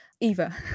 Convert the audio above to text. Eva